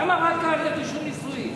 למה רק על רישום נישואין?